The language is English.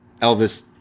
Elvis